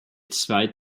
zwei